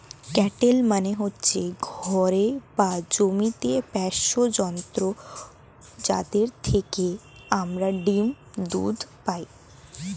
cattle মানে হচ্ছে ঘরে বা জমিতে পোষ্য জন্তু যাদের থেকে আমরা ডিম, দুধ পাই